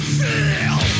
feel